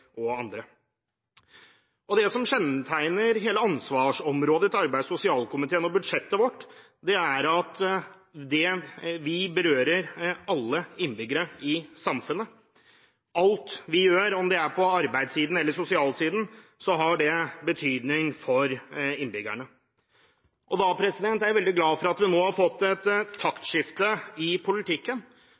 og andre. Det som kjennetegner hele ansvarsområdet til arbeids- og sosialkomiteen og budsjettet vårt, er at det berører alle innbyggere i samfunnet. Alt vi gjør, om det er på arbeidssiden eller sosialsiden, har betydning for innbyggerne. Da er jeg veldig glad for at vi nå har fått et taktskifte i politikken,